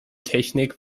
technik